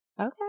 Okay